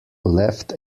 left